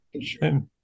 sure